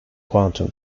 quantum